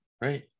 right